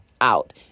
out